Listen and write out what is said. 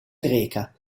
greca